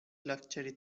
لاکچری